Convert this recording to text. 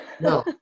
No